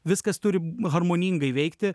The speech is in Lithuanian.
viskas turi harmoningai veikti